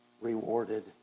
rewarded